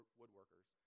woodworkers